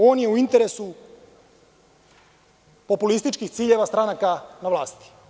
On je u interesu populističkih ciljeva stranaka na vlasti.